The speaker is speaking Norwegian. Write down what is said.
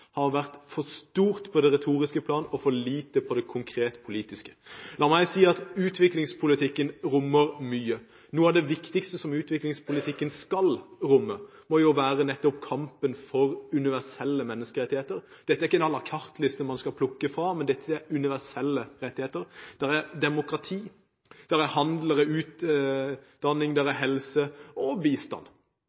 har vært for stort på det retoriske plan og for lite på det konkret politiske plan. La meg si at utviklingspolitikken rommer mye. Noe av det viktigste som utviklingspolitikken skal romme, må være nettopp kampen for universelle menneskerettigheter. Dette er ikke en à la carte-liste man skal plukke fra, men dette er universelle rettigheter: Det er demokrati, det er handel, det er utdanning, det er helse og bistand.